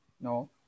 No